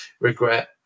regret